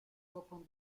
open